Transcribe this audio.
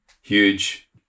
huge